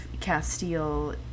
Castile